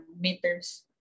meters